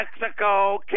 Mexico